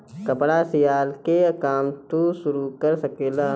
कपड़ा सियला के काम तू शुरू कर सकेला